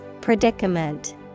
Predicament